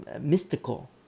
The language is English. mystical